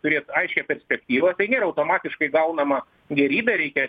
turėt aiškią perspektyvą tai nėra automatiškai gaunama gėrybė reikia